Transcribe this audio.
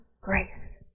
grace